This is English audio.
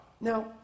Now